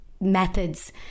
methods